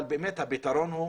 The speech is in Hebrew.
אבל באמת הפתרון הוא,